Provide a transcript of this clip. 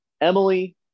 Emily